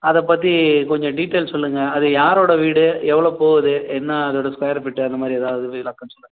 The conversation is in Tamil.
அதை பற்றி கொஞ்சம் டீட்டெயில்ஸ் சொல்லுங்கள் அது யாரோட வீடு எவ்வளோ போகுது என்னா அதோட ஸ்கொயரு ஃபீட்டு அந்த மாதிரி எதாவது விளக்கம் சொல்லுங்கள்